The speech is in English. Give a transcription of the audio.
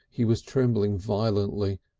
he was trembling violently,